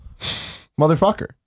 motherfucker